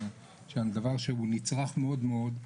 דבר שהוא נצרך מאוד מאוד.